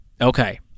Okay